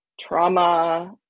trauma